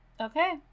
Okay